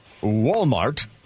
Walmart